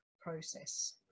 process